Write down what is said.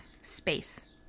space